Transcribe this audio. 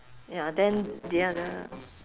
ya then the other